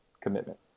commitment